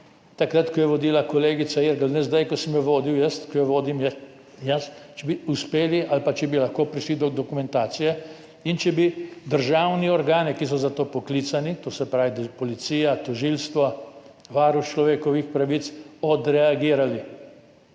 takrat, ko je vodila kolegica Irgl, ne zdaj, ko jo vodim jaz, če bi uspeli ali pa če bi lahko prišli do dokumentacije in če bi državni organi, ki so za to poklicani, to se pravi policija, tožilstvo, Varuh človekovih pravic, odreagirali,